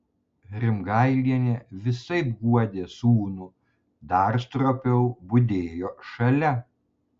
rimgailienė visaip guodė sūnų dar stropiau budėjo šalia